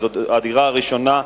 וזו הדירה הראשונה,